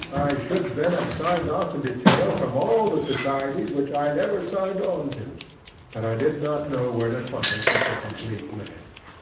should then have signed off in detail from all the societies which i never signed on to but i did not know where to find such a complete list.